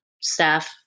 staff